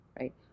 right